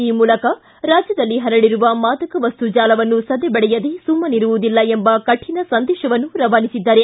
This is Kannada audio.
ಈ ಮೂಲಕ ರಾಜ್ಯದಲ್ಲಿ ಹರಡಿರುವ ಮಾದಕ ವಸ್ತು ಜಾಲವನ್ನು ಸದೆಬಡಿಯದೆ ಸುಮ್ಮನಿರುವುದಿಲ್ಲ ಎಂಬ ಕಠಿಣ ಸಂದೇಶವನ್ನು ರವಾನಿಸಿದ್ದಾರೆ